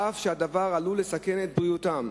אף שהדבר עלול לסכן את בריאותם.